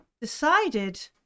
decided